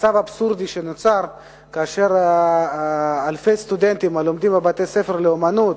מצב אבסורדי שנוצר כאשר אלפי סטודנטים הלומדים בבתי-ספר לאמנות,